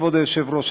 כבוד היושב-ראש,